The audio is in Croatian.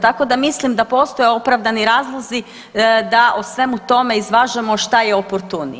Tako da mislim da postoje opravdani razlozi da o svemu tome izvažemo šta je oportunije.